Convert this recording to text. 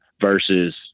versus